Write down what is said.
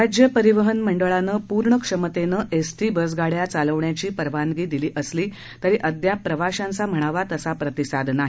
राज्य परिवहन मंडळानं पूर्ण क्षमतेनं एसटी बसगाड्या चालवण्याची परवानगी दिली असली तरी अद्याप प्रवाशांचा म्हणावा तसा प्रतिसाद नाही